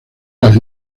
las